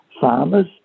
farmers